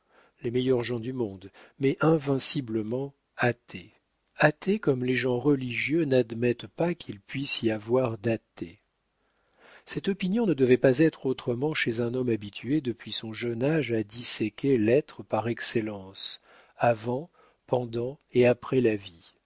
les meilleurs gens du monde mais invinciblement athées athées comme les gens religieux n'admettent pas qu'il puisse y avoir d'athées cette opinion ne devait pas être autrement chez un homme habitué depuis son jeune âge à disséquer l'être par excellence avant pendant et après la vie